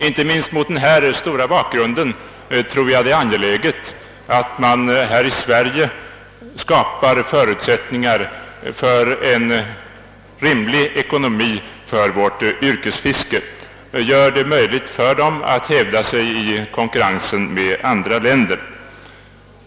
Inte minst mot denna bakgrund tycks det mig angeläget att man här i Sverige skapar förutsättningar för en rimlig ekonomi för våra yrkesfiskare och gör det möjligt för dem att hävda sig i konkurrens med andra länder.